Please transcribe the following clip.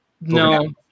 No